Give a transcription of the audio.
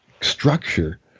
structure